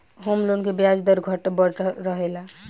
home loan के ब्याज दर घटत बढ़त रहेला